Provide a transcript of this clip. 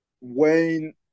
Wayne